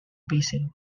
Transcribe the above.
basin